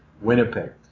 Winnipeg